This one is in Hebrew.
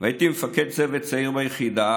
והייתי מפקד צוות צעיר ביחידה,